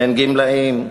אין גמלאים.